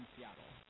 Seattle